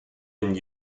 been